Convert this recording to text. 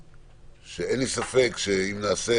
אין לי ספק שאם נעשה